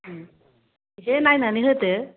उम एसे नायनानै होदो